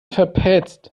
verpetzt